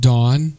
Dawn